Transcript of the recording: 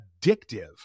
addictive